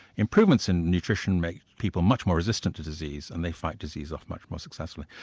improvements in nutrition make people much more resistant to disease, and they fight disease off much more successfully.